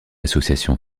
association